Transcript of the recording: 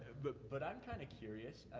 but i'm kind of curious,